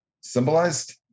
Symbolized